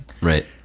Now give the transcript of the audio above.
Right